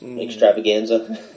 Extravaganza